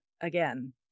Again